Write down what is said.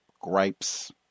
gripes